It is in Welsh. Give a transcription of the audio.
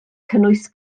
cynnwys